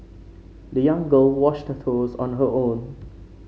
the young girl washed her shoes on her own